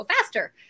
faster